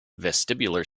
vestibular